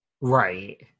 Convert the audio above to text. Right